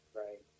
right